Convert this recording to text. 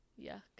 Yuck